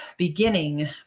Beginning